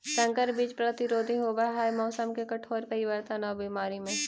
संकर बीज प्रतिरोधी होव हई मौसम के कठोर परिवर्तन और बीमारी में